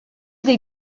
des